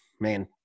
man